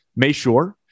Mayshore